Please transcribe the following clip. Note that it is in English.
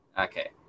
okay